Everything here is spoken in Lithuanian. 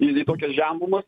į tokias žemumas